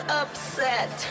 upset